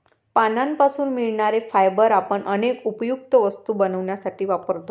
पानांपासून मिळणारे फायबर आपण अनेक उपयुक्त वस्तू बनवण्यासाठी वापरतो